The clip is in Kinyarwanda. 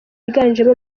yiganjemo